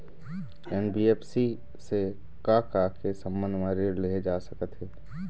NBFC से का का के संबंध म ऋण लेहे जा सकत हे?